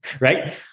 right